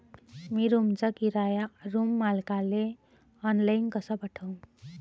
मी रूमचा किराया रूम मालकाले ऑनलाईन कसा पाठवू?